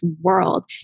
world